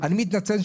אני מתנצל,